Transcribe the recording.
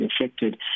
affected